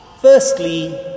Firstly